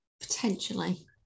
potentially